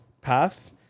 path